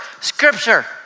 Scripture